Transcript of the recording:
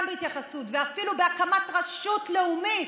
גם בהתייחסות ואפילו בהקמת רשות לאומית.